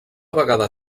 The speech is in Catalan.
vegada